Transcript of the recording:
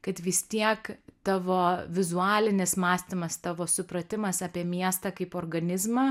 kad vis tiek tavo vizualinis mąstymas tavo supratimas apie miestą kaip organizmą